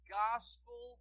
gospel